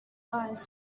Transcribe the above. was